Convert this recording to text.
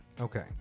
Okay